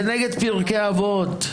זה נגד פרקי אבות.